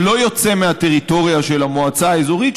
שלא יוצא מהטריטוריה של המועצה האזורית,